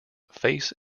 face